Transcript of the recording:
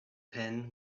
pen